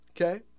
okay